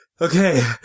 okay